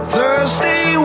Thursday